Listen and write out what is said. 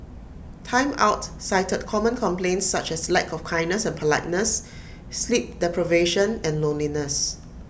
Time Out cited common complaints such as lack of kindness and politeness sleep deprivation and loneliness